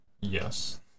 Yes